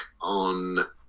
on